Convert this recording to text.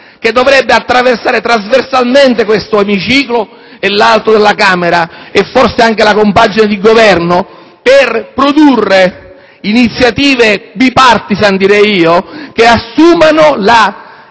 tema dovrebbe attraversare trasversalmente questo emiciclo e l'altro della Camera, e forse anche la compagine di Governo, per produrre iniziative *bipartisan* che assumano